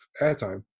airtime